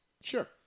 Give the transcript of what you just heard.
Sure